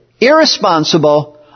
irresponsible